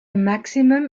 maximum